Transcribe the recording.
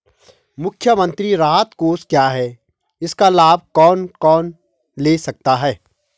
मुख्यमंत्री राहत कोष क्या है इसका लाभ कौन कौन ले सकता है?